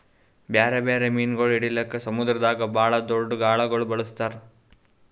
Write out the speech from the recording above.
ಬ್ಯಾರೆ ಬ್ಯಾರೆ ಮೀನುಗೊಳ್ ಹಿಡಿಲುಕ್ ಸಮುದ್ರದಾಗ್ ಭಾಳ್ ದೊಡ್ದು ಗಾಳಗೊಳ್ ಬಳಸ್ತಾರ್